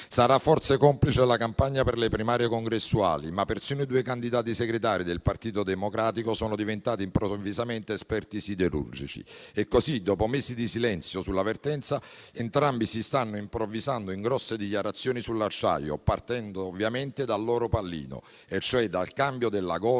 Sarà forse complice la campagna per le primarie congressuali, ma persino i due candidati segretari del Partito Democratico sono diventati improvvisamente esperti siderurgici. Così, dopo mesi di silenzio sulla vertenza, entrambi si stanno improvvisando in grosse dichiarazioni sull'acciaio, partendo ovviamente dal loro pallino, vale a dire dal cambio della *governance*